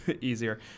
easier